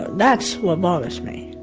that's what bothers me,